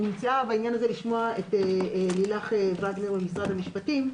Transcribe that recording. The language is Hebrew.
אני מציעה בעניין הזה לשמוע את לילך וגנר ממשרד המשפטים,